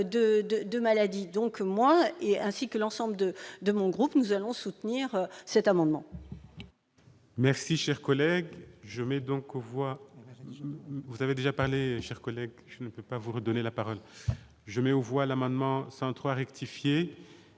de maladie, donc moi et ainsi que l'ensemble de de mon groupe, nous allons soutenir cet amendement.